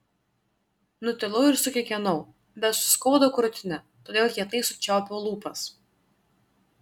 nutilau ir sukikenau bet suskaudo krūtinę todėl kietai sučiaupiau lūpas